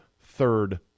third